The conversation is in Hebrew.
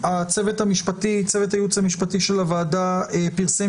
צוות הייעוץ המשפטי של הוועדה פרסם